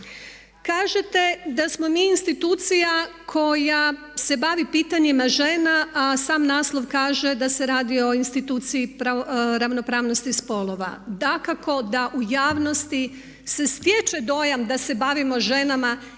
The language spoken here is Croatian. Kažete da smo mi institucija koja se bavi pitanjima žena a sam naslov kaže da se radi o instituciji ravnopravnosti spolova. Dakako da u javnosti se stječe dojam da se bavimo ženama